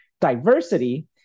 diversity